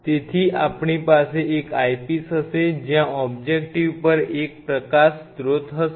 તેથી આપણી પાસે એક આઈપિસ હશે જ્યાં ઓબજેક્ટિવ પર એક પ્રકાશ સ્રોત હશે